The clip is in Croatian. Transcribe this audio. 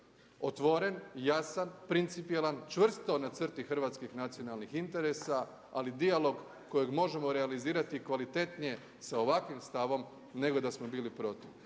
otvoren, jasan, principijelan, čvrsto na crti hrvatskih nacionalnih interesa, ali dijalog kojeg možemo realizirati kvalitetnije sa ovakvim stavom nego da smo bili protiv.